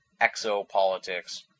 Exopolitics